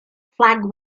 flag